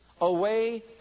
away